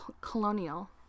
colonial